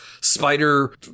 spider